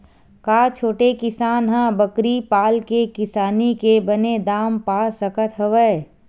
का छोटे किसान ह बकरी पाल के किसानी के बने दाम पा सकत हवय?